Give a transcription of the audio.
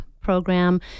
program